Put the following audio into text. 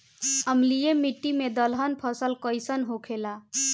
अम्लीय मिट्टी मे दलहन फसल कइसन होखेला?